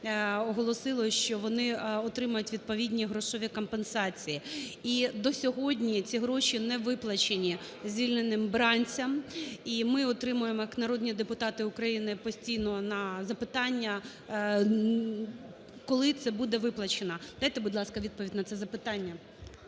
оголосило, що вони отримають відповідні грошові компенсації. І до сьогодні ці гроші не виплачені звільненим бранцям, і ми отримуємо як народні депутати України постійно на запитання… коли це буде виплачено? Дайте, будь ласка, відповідь на запитання.